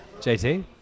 JT